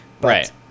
right